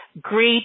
great